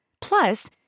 Plus